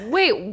Wait